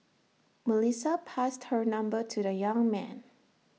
Melissa passed her number to the young man